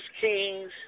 Kings